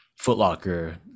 Footlocker